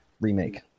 remake